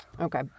okay